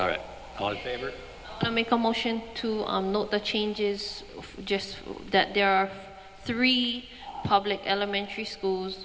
favored to make a motion to the changes just that there are three public elementary school